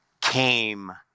came